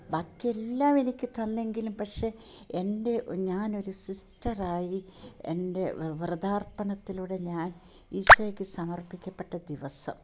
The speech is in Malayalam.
ബാക്കി എല്ലാം എനിക്ക് തന്നെങ്കിലും പക്ഷേ എൻ്റെ ഞാൻ ഒരു സിസ്റ്ററായി എൻ്റെ വ്രതാർപ്പണത്തിലൂടെ ഞാൻ ഈശോയ്ക്ക് സമർപ്പിക്കപ്പെട്ട ദിവസം